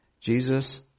Jesus